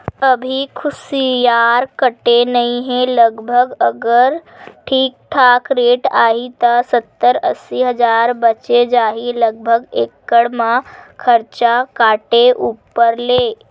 अभी कुसियार कटे नइ हे लगभग अगर ठीक ठाक रेट आही त सत्तर अस्सी हजार बचें जाही लगभग एकड़ म खरचा काटे ऊपर ले